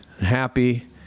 happy